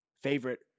favorite